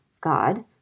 God